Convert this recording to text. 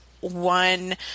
one